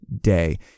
day